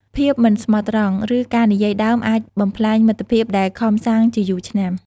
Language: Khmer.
ភាពមិនស្មោះត្រង់ ឬការនិយាយដើមអាចបំផ្លាញមិត្តភាពដែលខំសាងជាយូរឆ្នាំ។